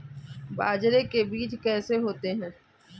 बाजरे के बीज कैसे होते हैं?